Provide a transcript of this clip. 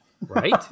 Right